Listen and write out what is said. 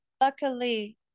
luckily